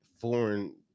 Foreign